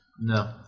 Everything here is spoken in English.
No